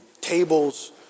tables